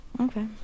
Okay